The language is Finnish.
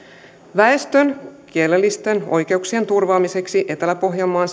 väestön kielellisten oikeuksien turvaamiseksi etelä pohjanmaan